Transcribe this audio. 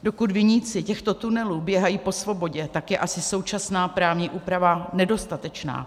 Dokud viníci těchto tunelů běhají po svobodě, tak je asi současná právní úprava nedostatečná.